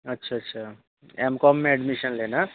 अच्छा अच्छा M Com में एडमीशन लेना है